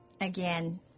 again